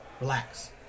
relax